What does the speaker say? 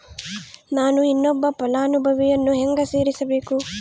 ನಾನು ಇನ್ನೊಬ್ಬ ಫಲಾನುಭವಿಯನ್ನು ಹೆಂಗ ಸೇರಿಸಬೇಕು?